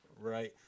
right